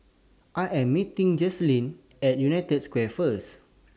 I Am meeting Jacalyn At United Square First